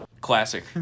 Classic